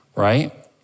Right